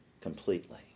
completely